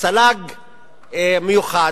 צל"ג מיוחד.